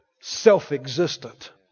self-existent